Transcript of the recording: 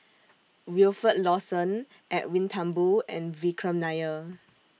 Wilfed Lawson Edwin Thumboo and Vikram Nair